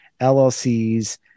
LLCs